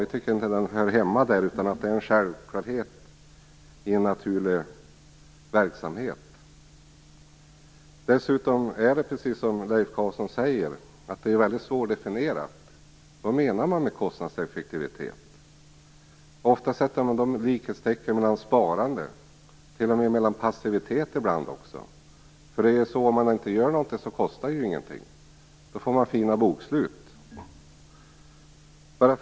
Vi tycker inte att den hör hemma där, utan att det är en självklarhet i en naturlig verksamhet. Dessutom är det, precis som Leif Carlson säger, mycket svårdefinierat. Vad menar man med kostnadseffektivitet? Ofta sätter man likhetstecken med sparande, t.o.m. med passivitet ibland. Om man inte gör någonting så kostar det ingenting. Då får man fina bokslut.